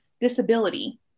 disability